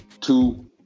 two